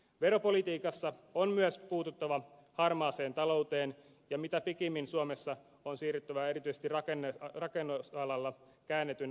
veropolitiikassa on myös puututtava harmaaseen talouteen ja mitä pikimmin suomessa on siirryttävä erityisesti rakennusalalla käännetyn arvonlisäveron käyttöön